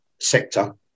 sector